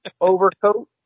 overcoat